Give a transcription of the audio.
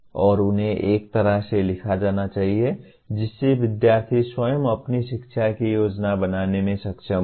और उन्हें एक तरह से लिखा जाना चाहिए जिससे विध्यार्थी स्वयं अपनी शिक्षा की योजना बनाने में सक्षम हों